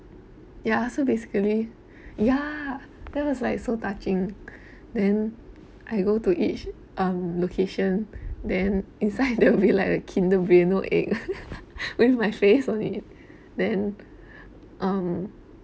ya so basically ya that was like so touching then I go to each uh location then inside there will be like a Kinder Bueno egg with my face on it then um